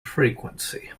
frequency